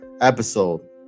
episode